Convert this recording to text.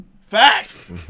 Facts